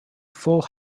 full